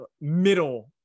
middle